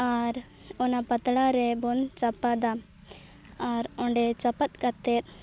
ᱟᱨ ᱚᱱᱟ ᱯᱟᱛᱲᱟ ᱨᱮᱵᱚᱱ ᱪᱟᱯᱟᱫᱟ ᱟᱨ ᱚᱸᱰᱮ ᱪᱟᱯᱟᱫ ᱠᱟᱛᱮᱫ